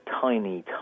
tiny